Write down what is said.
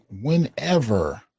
Whenever